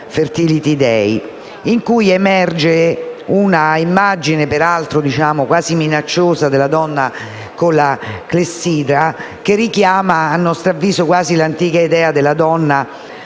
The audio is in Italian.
Fertility day*,* in cui emerge un'immagine - peraltro quasi minacciosa - della donna con la clessidra, che richiama a nostro avviso l'antica idea della donna